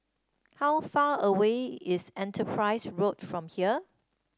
how far away is Enterprise Road from here